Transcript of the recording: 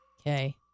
Okay